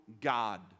God